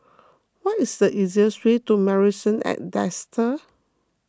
what is the easiest way to Marrison at Desker